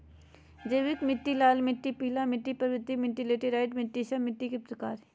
जैविक मिट्टी, लाल मिट्टी, पीला मिट्टी, पर्वतीय मिट्टी, लैटेराइट मिट्टी, सब मिट्टी के प्रकार हइ